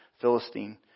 Philistine